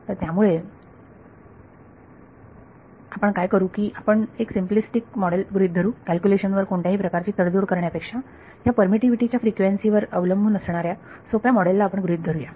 तर त्यामुळे आपण काय करू की आपण एक सिंपलिस्तिक मॉडेल गृहीत धरू कॅल्क्युलेशन वर कोणत्याही प्रकारची तडजोड करण्यापेक्षा ह्या परमिटीव्हीटी च्या फ्रिक्वेन्सी वर अवलंबून असणाऱ्या सोप्या मॉडेलला आपण गृहीत धरू या